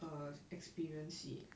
err experience it